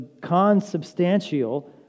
consubstantial